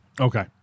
Okay